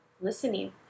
listening